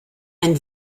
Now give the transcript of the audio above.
ein